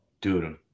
dude